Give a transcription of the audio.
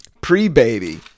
pre-baby